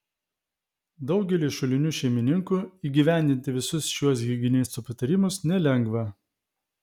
daugeliui šulinių šeimininkų įgyvendinti visus šiuos higienistų patarimus nelengva